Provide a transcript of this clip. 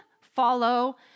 follow